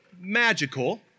magical